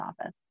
office